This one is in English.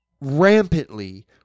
rampantly